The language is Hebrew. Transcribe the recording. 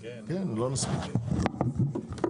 אתה מכיר אותו, נכון?